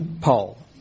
Paul